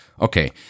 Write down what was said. okay